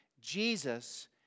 Jesus